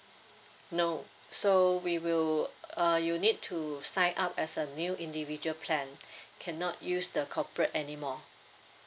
no so we will uh you need to sign up as a new individual plan cannot use the corporate anymore